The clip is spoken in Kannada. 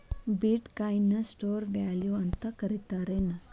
ಬಿಟ್ ಕಾಯಿನ್ ನ ಸ್ಟೋರ್ ವ್ಯಾಲ್ಯೂ ಅಂತ ಕರಿತಾರೆನ್